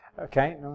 Okay